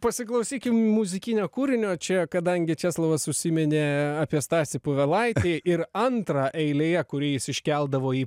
pasiklausykim muzikinio kūrinio čia kadangi česlovas užsiminė apie stasį povilaitį ir antrą eilėje kurį jis iškeldavo į